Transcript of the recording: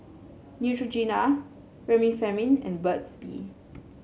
Neutrogena Remifemin and Burt's Bee